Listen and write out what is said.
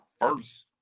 first